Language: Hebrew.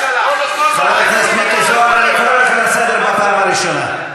חבר הכנסת זוהר, אני קורא אותך לסדר פעם ראשונה.